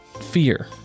fear